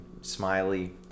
smiley